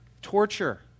torture